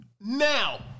Now